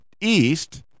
east